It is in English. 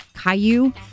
Caillou